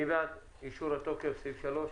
מי בעד אישור התוקף לסעיף 3?